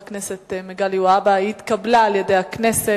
הכנסת מגלי והבה התקבלה על-ידי הכנסת.